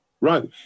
right